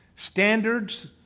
Standards